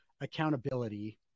accountability